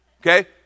Okay